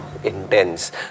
Intense